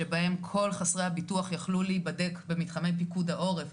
שבה כל חסרי הביטוח יוכלו להיבדק במתחמי פיקוד העורף,